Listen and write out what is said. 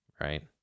right